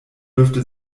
dürfte